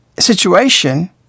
situation